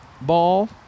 ball